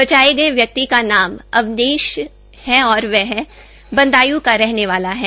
बचाये गये व्यक्ति का नाम अवनेश है और वह बदांयू का रहने वाला है